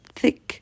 thick